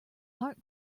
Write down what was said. heart